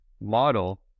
model